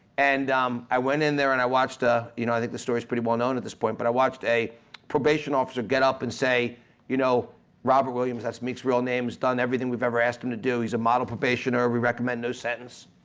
and i went in there and i watched ah you know i think the story is pretty well-known at this point, but i watched a probation officer get up and say you know robert williams, that's meek's real name, has done everything we've ever asked him to do, he's a model probationer, we recommend no sentence,